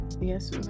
Yes